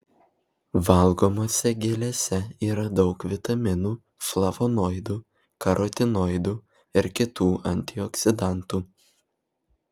valgomose gėlėse yra daug vitaminų flavonoidų karotinoidų ir kitų antioksidantų